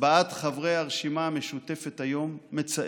הצבעת חברי הרשימה המשותפת היום מצערת.